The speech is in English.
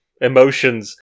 emotions